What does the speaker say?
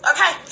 Okay